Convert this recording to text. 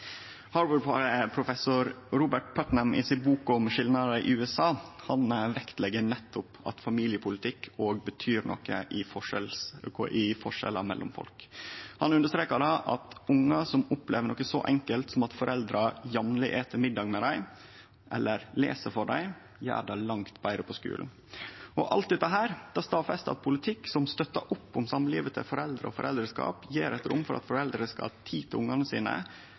ein valdeleg partnar. Harvard-professor Robert Putnam vektlegg i boka si om skilnader i USA nettopp at familiepolitikk òg betyr noko når det gjeld forskjellar mellom folk. Han understrekar at ungar som opplever noko så enkelt som at foreldra jamleg et middag med dei, eller les for dei, gjer det langt betre på skulen. Alt dette stadfester at politikk som støttar opp om samlivet til foreldre og foreldreskap, gjev eit rom for at foreldre skal ha tid til ungane sine,